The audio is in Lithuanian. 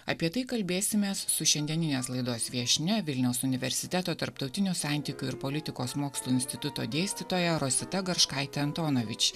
apie tai kalbėsimės su šiandieninės laidos viešnia vilniaus universiteto tarptautinių santykių ir politikos mokslų instituto dėstytoja rosita garškaitė antonovič